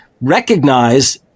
recognize